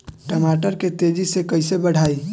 टमाटर के तेजी से कइसे बढ़ाई?